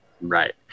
Right